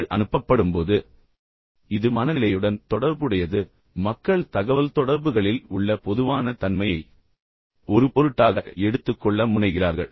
இது மனதில் நிகழ்கிறது இது மனநிலையுடன் தொடர்புடையது பின்னர் மக்கள் தகவல்தொடர்புகளில் உள்ள பொதுவான தன்மையை ஒரு பொருட்டாக எடுத்துக் கொள்ள முனைகிறார்கள்